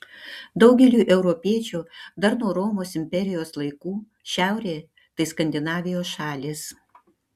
daugeliui europiečių dar nuo romos imperijos laikų šiaurė tai skandinavijos šalys